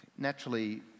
Naturally